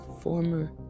former